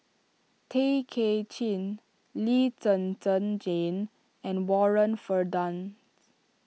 Tay Kay Chin Lee Zhen Zhen Jane and Warren Fernandez